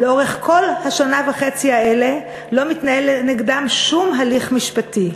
לאורך כל השנה וחצי האלה לא מתנהל נגדם שום הליך משפטי.